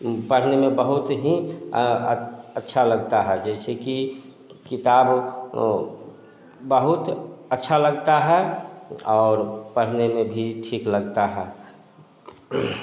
पढ़ने में बहुत ही अच्छा लगता है जैसे कि किताब वो बहुत अच्छा लगता है और पढ़ने में भी ठीक लगता है